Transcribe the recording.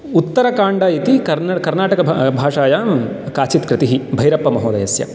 उत्तरकाण्ड इति कर्नाटक भाषायां काचित् कृतिः भैरप्पमहोदयस्य